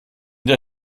der